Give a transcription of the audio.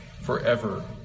forever